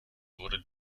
wurde